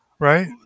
Right